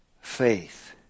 faith